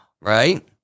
Right